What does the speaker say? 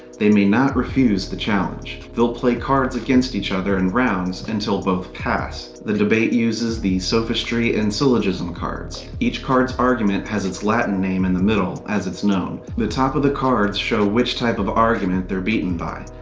they may not refuse the challenge. they'll play cards against each other in rounds until both pass. the debate uses the sophistry and syllogism cards. each card's argument has its latin name in the middle, as its known. the top of the cards show which type of argument they are beaten by.